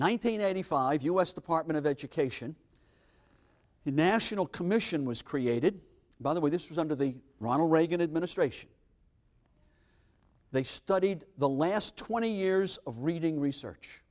hundred eighty five us department of education the national commission was created by the way this was under the ronald reagan administration they studied the last twenty years of reading research